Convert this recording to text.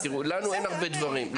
לנו אין הרבה דברים,